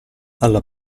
alla